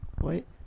Wait